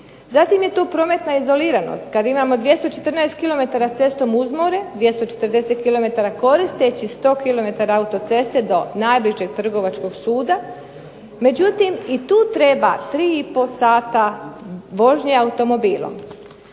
Zatim je tu prometna izoliranost. Kad imamo 214 kilometara cestom uz more, 240 kilometara koristeći 100 kilometara autoceste do najbližeg trgovačkog suda, međutim i tu treba 3 i po sata vožnje automobilom.